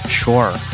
sure